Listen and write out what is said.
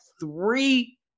three